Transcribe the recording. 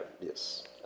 Yes